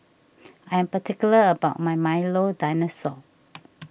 I am particular about my Milo Dinosaur